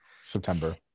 September